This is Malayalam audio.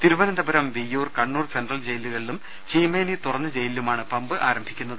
തിരുവനന്തപുരം വിയ്യൂർ കണ്ണൂർ സെൻട്രൽ ജയി ലുകളിലും ചീമേനി തുറന്ന ജയിലിലുമാണ് പമ്പ് ആരംഭിക്കുന്നത്